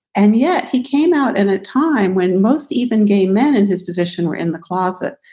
and yet he came out at a time when most even gay men in his position were in the closet.